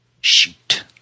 Shoot